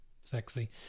Sexy